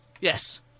yes